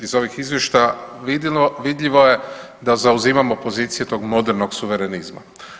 Iz ovih izvještaja vidljivo je da zauzimamo pozicije tog modernog suverenizma.